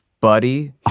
buddy